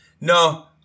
no